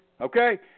okay